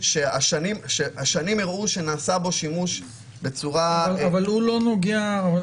שהשנים הראו שנעשה בו שימוש בצורה --- קיומו